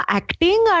acting